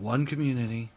one community